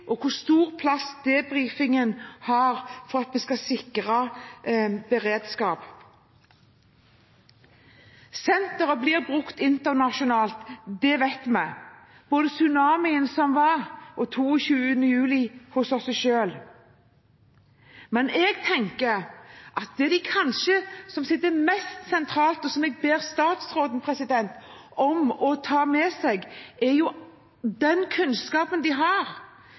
og hvor stor plass den har for at vi skal sikre beredskap. Senteret blir brukt internasjonalt, det vet vi, både i forbindelse med tsunamien som var, og 22. juli hos oss selv. Men det som kanskje er mest sentralt, og som jeg ber statsråden om å ta med seg, er den kunnskapen de har